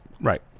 right